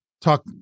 talk